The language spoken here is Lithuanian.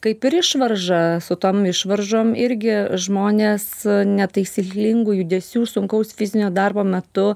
kaip ir išvarža su tom išvaržom irgi žmonės netaisyklingų judesių sunkaus fizinio darbo metu